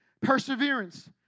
Perseverance